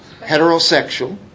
Heterosexual